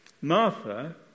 Martha